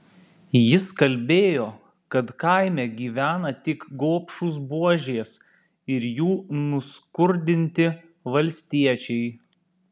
jis kalbėjo kad kaime gyvena tik gobšūs buožės ir jų nuskurdinti valstiečiai